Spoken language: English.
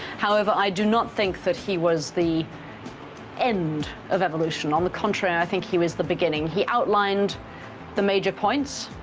however, i do not think that he was the end of evolution on the contrary, i think he was the beginning. he outlined the major points,